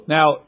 Now